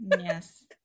Yes